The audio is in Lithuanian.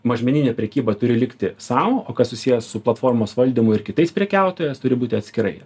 mažmeninė prekyba turi likti sau o kas susiję su platformos valdymu ir kitais prekiautojas turi būti atskirai